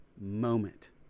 moment